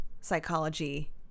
psychology